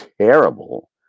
terrible